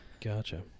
Gotcha